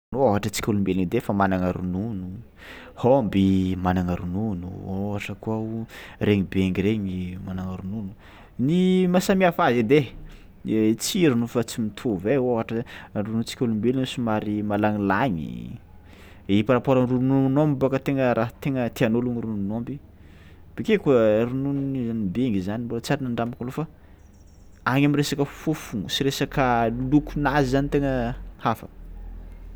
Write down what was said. Lôha ôhatra antsika olombelogno edy ai fa managna ronono, ômby managna ronono ôhatra koa o regny bengy regny managna ronono, ny maha-samy hafa azy edy ai i tsirony efa tsy mitovy ai ôhatra zay, rononontsika olombelogno somary malagnilagny i- par rapport ny rononon'ômby bôka tegna raha tegna tian'ôlogno rononon'ômby, bakeo koa rononon'ny bengy zany rô tsary nandramako aloha fa agny am'resaka fôfogno sy resaka lokonazy zany tegna hafa.